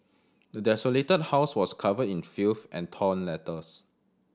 the desolated house was covered in filth and torn letters